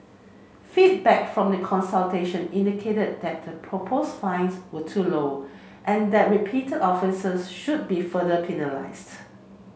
feedback from the consultation indicated that the proposed fines were too low and that repeated offences should be further penalised